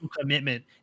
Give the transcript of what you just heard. commitment